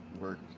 work